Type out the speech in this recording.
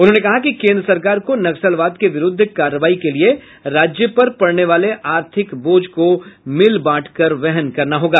उन्होंने कहा कि केन्द्र सरकार को नक्सलवाद के विरूद्व कार्रवाई के लिये राज्य पर पड़ने वाले आर्थिक बोझ को मिल बांटकर वहन करना होगा